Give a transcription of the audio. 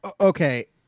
okay